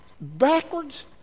backwards